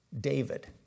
David